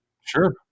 Sure